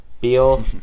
Beal